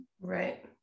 Right